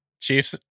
Chiefs